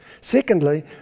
Secondly